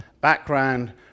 background